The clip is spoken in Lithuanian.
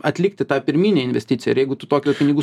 atlikti tą pirminę investiciją ir jeigu tu tokio pinigų